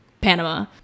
Panama